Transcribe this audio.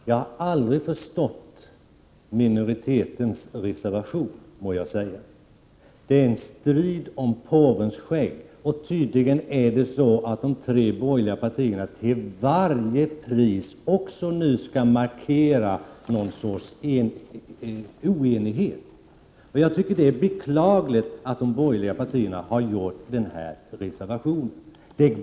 Fru talman! Jag förstår inte minoritetens reservation. Den är en strid om påvens skägg. Det är tydligen så att de tre borgerliga partierna till varje pris även nu skall markera något slags oenighet. Det är beklagligt att de borgerliga partierna har gjort den här reservationen.